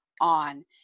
on